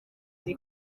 uyu